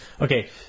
Okay